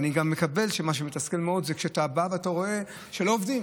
ואני גם מקבל את זה שמה שמתסכל מאוד זה כשאתה בא ואתה רואה שלא עובדים.